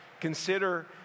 Consider